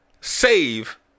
save